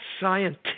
scientific